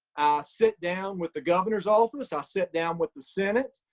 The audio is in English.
sit down with the governor's office. i sit down with the senate,